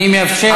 אני מאפשר,